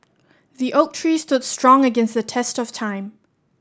the oak tree stood strong against the test of time